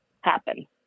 happen